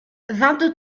vingt